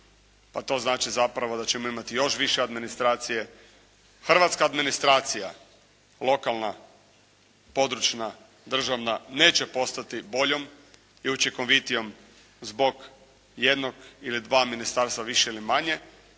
A to znači zapravo da ćemo imati još više administracije. Hrvatska administracija lokalna, područna, državna neće postati boljom i učinkovitijom zbog jednog ili dva ministarstva više ili manje,